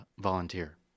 volunteer